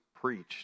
preached